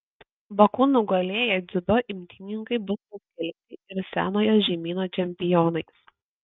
baku nugalėję dziudo imtynininkai bus paskelbti ir senojo žemyno čempionais